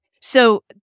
So-